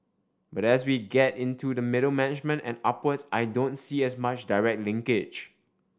but as we get into the middle management and upwards I don't see as much direct linkage